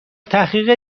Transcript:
تحقیق